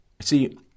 See